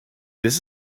this